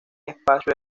espacio